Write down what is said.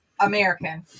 American